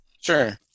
Sure